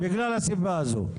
בגלל הסיבה הזאת.